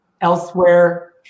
elsewhere